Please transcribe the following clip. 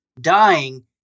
dying